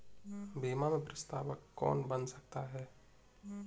बीमा में प्रस्तावक कौन बन सकता है?